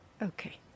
Okay